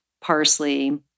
parsley